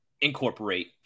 incorporate